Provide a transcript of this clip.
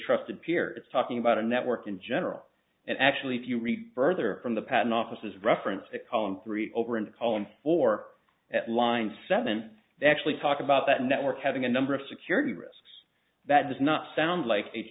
trusted peer it's talking about a network in general and actually if you read further from the patent offices reference a column three over in poland or at line seven they actually talk about that network having a number of security risks that does not sound like a